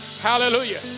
Hallelujah